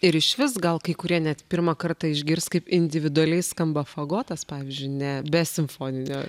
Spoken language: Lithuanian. ir išvis gal kai kurie net pirmą kartą išgirs kaip individualiai skamba fagotas pavyzdžiui ne be simfoninio